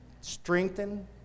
strengthen